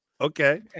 Okay